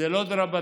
זה לא דרבנן.